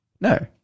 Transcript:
No